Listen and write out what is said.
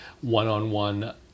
one-on-one